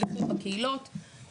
שליחים בקהילות,